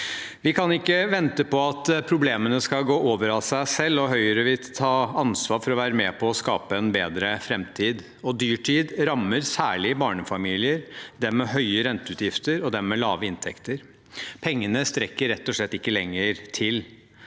Vi kan ikke vente på at problemene skal gå over av seg selv. Høyre vil ta ansvar for å være med på å skape en bedre framtid. Dyrtid rammer særlig barnefamilier, dem med høye renteutgifter og dem med lave inntekter. Pengene strekker rett og slett ikke lenger til.